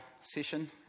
session